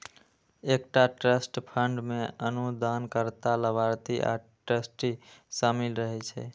एकटा trust fund मे अनुदानकर्ता, लाभार्थी आ ट्रस्टी शामिल रहै छै